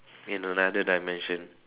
in another dimension